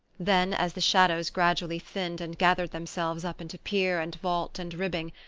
then, as the shadows gradually thinned and gathered themselves up into pier and vault and ribbing,